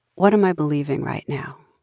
what am i believing right now?